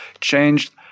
changed